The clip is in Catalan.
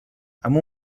amb